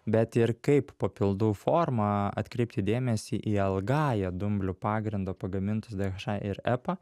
bet ir kaip papildų forma atkreipti dėmesį į algaja dumblių pagrindu pagamintus dhr ir epa